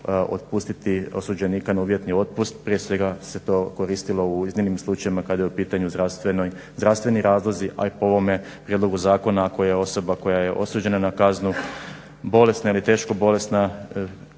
otpustiti osuđenika na uvjetni otpust. Prije svega se to koristilo u iznimnim slučajevima kada su u pitanju zdravstveni razlozi, a i po ovome prijedlogu zakona ako je osoba koja je osuđena na kaznu bolesna ili teško bolesna